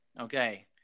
Okay